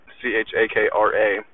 C-H-A-K-R-A